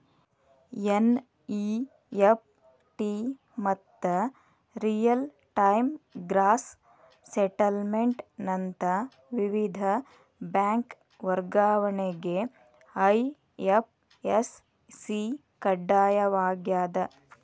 NEFT ಮತ್ತ real time gross settlement ನಂತ ವಿವಿಧ ಬ್ಯಾಂಕ್ ವರ್ಗಾವಣೆಗೆ ಐ.ಎಫ್.ಎಸ್.ಸಿ ಕಡ್ಡಾಯವಾಗ್ಯದ